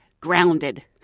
grounded